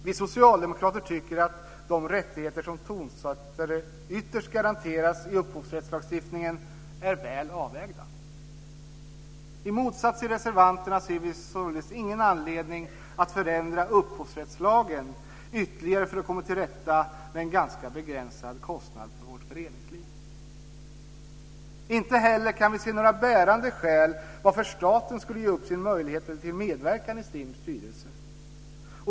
Vi socialdemokrater tycker att de rättigheter som tonsättare ytterst garanteras i upphovsrättslagstiftningen är väl avvägda. I motsats till reservanterna ser vi således ingen anledning att förändra upphovsrättslagen ytterligare för att komma till rätta med en ganska begränsad kostnad för vårt föreningsliv. Inte heller kan vi se några bärande skäl till att staten skulle ge upp sin möjlighet till medverkan i STIM:s styrelse.